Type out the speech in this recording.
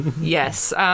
Yes